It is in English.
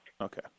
Okay